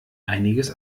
einiges